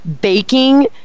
baking